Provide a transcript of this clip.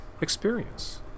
experience